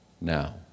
now